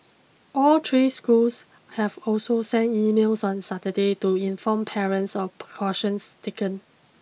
all three schools have also sent emails on Saturday to inform parents of precautions taken